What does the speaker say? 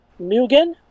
Mugen